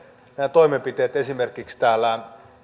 toimenpiteitä esimerkiksi täällä